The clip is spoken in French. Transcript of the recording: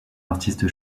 artiste